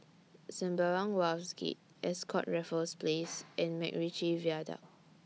Sembawang Wharves Gate Ascott Raffles Place and Macritchie Viaduct